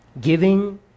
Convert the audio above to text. Giving